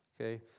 okay